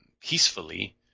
peacefully